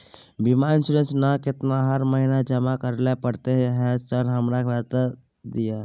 बीमा इन्सुरेंस ना केतना हर महीना जमा करैले पड़ता है सर हमरा बता दिय?